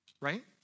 right